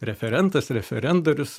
referentas referendorius